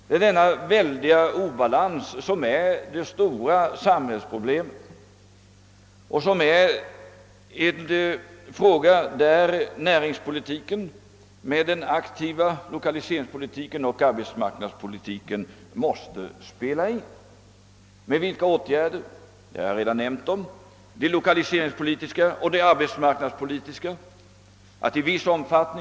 Det är denna starka obalans som utgör det stora samhällsproblemet och här måste näringspolitiken med en aktiv lokaliseringsoch arbetsmarknadspolitik få spela in. Och med vilka åtgärder? Ja, det har jag redan nämnt; det skall ske med lokaliseringspolitiska och arbetsmarknadspolitiska insatser.